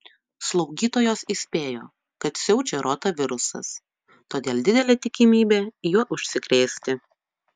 slaugytojos įspėjo kad siaučia rotavirusas todėl didelė tikimybė juo užsikrėsti